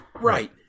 right